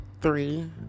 three